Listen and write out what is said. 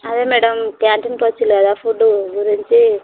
అదే మేడం క్యాంటీన్కి వచ్చి లేదా ఫుడ్ గురించి